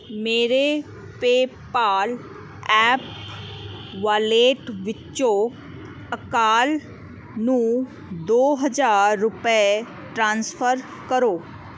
ਮੇਰੇ PayPal app wallet ਵਿੱਚੋਂ ਅਕਾਲ ਨੂੰ ਦੋ ਹਜ਼ਾਰ ਰੁਪਏ ਟ੍ਰਾਂਸਫਰ ਕਰੋ